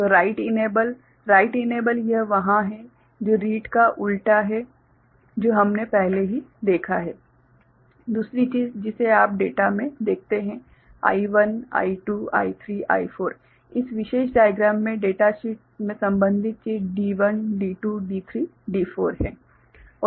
तो write enable write enable यह वहां है जो रीड का उलटा है जो हमने पहले ही देखा है दूसरी चीज जिसे आप डेटा में देखते हैं I1 I2 I3 I4 इस विशेष डाइग्राम में डेटाशीट में संबंधित चीज D1 D2 D3 D4 है